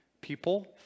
people